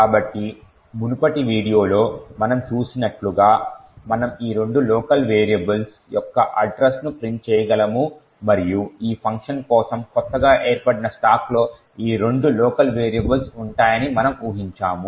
కాబట్టి మునుపటి వీడియోలో మనం చూసినట్లుగా మనము ఈ రెండు స్థానిక వేరియబుల్స్ యొక్క అడ్రస్ ను ప్రింట్ చేయగలము మరియు ఈ ఫంక్షన్ కోసం కొత్తగా ఏర్పడిన స్టాక్లలో ఈ రెండు లోకల్ వేరియబుల్స్ ఉంటాయని మనము ఊహించాము